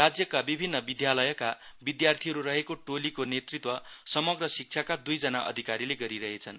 राज्यका विभिन्न विधालयका विधार्थीहरू रहेको टोलीको नेतृत्व समग्र शिक्षाका द्ईजना अधिकारीले गरिरहेछन्